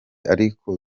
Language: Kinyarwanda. ariko